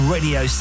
Radio